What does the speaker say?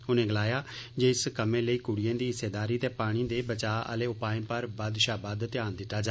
उनें गलाया जे इस कम्मै लेई कुड़िएं दी हिस्सेदार ते पानी दे बचाह् आले उपाएं पर बद्द षा बद्द ध्यान दित्ता जा